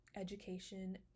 education